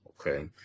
okay